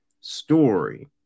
story